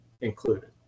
included